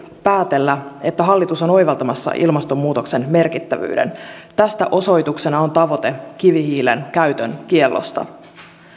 päätellä että hallitus on oivaltamassa ilmastonmuutoksen merkittävyyden tästä osoituksena on tavoite kivihiilen käytön kiellosta